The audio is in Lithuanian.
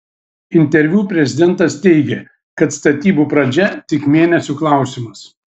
interviu prezidentas teigė kad statybų pradžia tik mėnesių klausimas